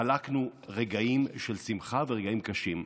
חלקנו רגעים של שמחה ורגעים קשים,